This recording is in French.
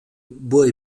bois